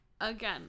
Again